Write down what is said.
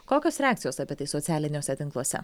kokios reakcijos apie tai socialiniuose tinkluose